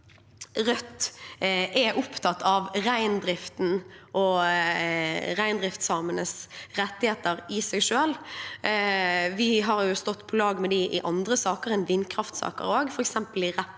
Rødt er opptatt av reindriften og reindriftssamenes rettigheter i seg selv. Vi har stått på lag med dem i andre saker enn vindkraftsaker også, f.eks.